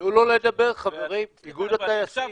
עוד לא נראה קבלה אבל בסוף